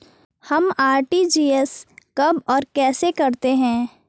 हम आर.टी.जी.एस कब और कैसे करते हैं?